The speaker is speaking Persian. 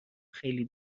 خیلی